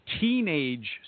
teenage